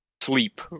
sleep